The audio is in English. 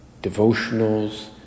devotionals